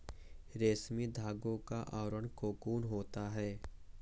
रेशमी धागे का आवरण कोकून होता है